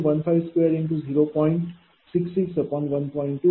21×10528 kVArअशाप्रकारे आहे